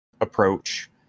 approach